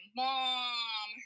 mom